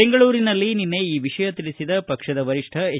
ಬೆಂಗಳೂರಿನಲ್ಲಿ ನಿನ್ನೆ ಈ ವಿಷಯ ತಿಳಿಸಿದ ಪಕ್ಷದ ವರಿಷ್ಠ ಎಚ್